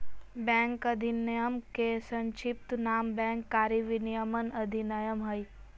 bank अधिनयम के संक्षिप्त नाम बैंक कारी विनयमन अधिनयम हइ